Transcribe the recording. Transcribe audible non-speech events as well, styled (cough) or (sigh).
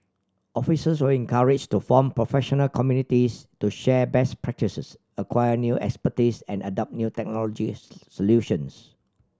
officers will be encouraged to form professional communities to share best practices acquire new expertise and adopt new technology (unintelligible) solutions